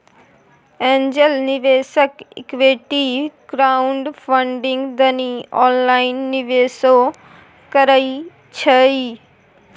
angel निवेशक equity crowdfunding दनी online निवेशो करइ छइ